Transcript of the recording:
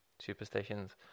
superstitions